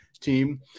team